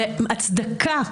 זה הצדקה.